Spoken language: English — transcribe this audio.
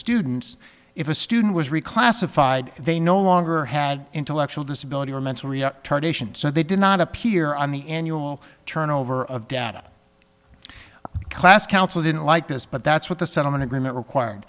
students if a student was reclassified they no longer had intellectual disability or mental patients and they did not appear on the annual turnover of data class counsel didn't like this but that's what the settlement agreement required